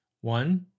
one